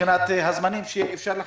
מבחינת הזמנים שאפשר לחקור אותו.